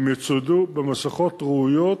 הם יצוידו במסכות ראויות